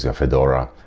yeah fedora.